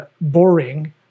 boring